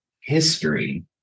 history